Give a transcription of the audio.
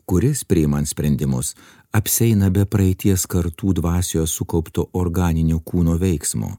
kuris priimant sprendimus apsieina be praeities kartų dvasios sukaupto organinio kūno veiksmo